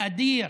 אדיר